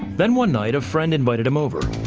then one night a friend invited him over.